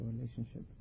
relationship